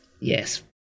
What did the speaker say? Yes